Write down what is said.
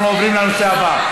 אנחנו עוברים לנושא הבא,